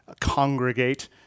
congregate